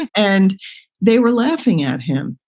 and and they were laughing at him.